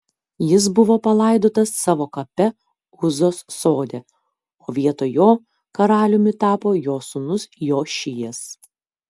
jis buvo palaidotas savo kape uzos sode o vietoj jo karaliumi tapo jo sūnus jošijas